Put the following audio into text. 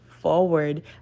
forward